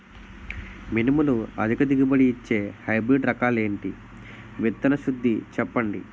మినుములు అధిక దిగుబడి ఇచ్చే హైబ్రిడ్ రకాలు ఏంటి? విత్తన శుద్ధి చెప్పండి?